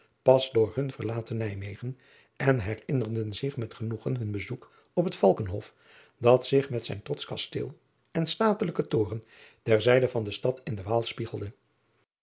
pas door hun verlaten ijmegen en herinnerden zich met genoegen hun bezoek op het alkhof dat zich met zijn trotsch kasteel en statelijken toren ter zijde van de stad in de aal spiegelde